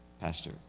pastor